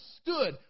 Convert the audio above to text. stood